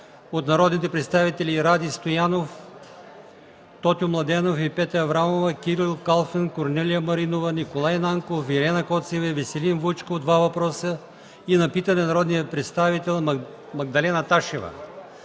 от народните представители: Ради Стоянов, Тотю Младенов и Петя Аврамова, Кирил Калфин, Корнелия Маринова и Николай Нанков, Ирена Коцева, Веселин Вучков – два въпроса, и на питане от народния представител Магдалена Ташева.